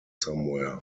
somewhere